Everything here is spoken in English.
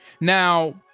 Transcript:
now